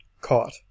Caught